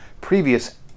previous